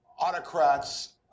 autocrats